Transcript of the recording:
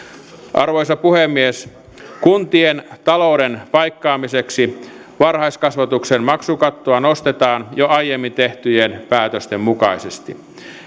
arvoisa puhemies kuntien talouden paikkaamiseksi varhaiskasvatuksen maksukattoa nostetaan jo aiemmin tehtyjen päätösten mukaisesti